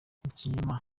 ikinyoma